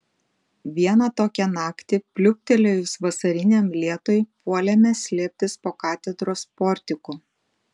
vieną tokią naktį pliūptelėjus vasariniam lietui puolėme slėptis po katedros portiku